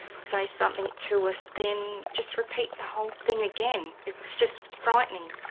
say something to us then just repeat the whole thing again. it was just frightening.